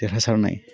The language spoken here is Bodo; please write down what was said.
देरहासारनाय